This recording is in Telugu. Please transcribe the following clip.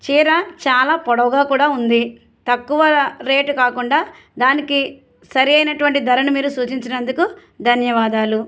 చీర చాలా పొడవుగా కూడా ఉంది తక్కువ రేటు కాకుండా దానికి సరైనటువంటి ధరను మీరు సూచించినందుకు ధన్యవాదాలు